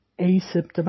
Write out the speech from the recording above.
asymptomatic